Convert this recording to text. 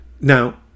Now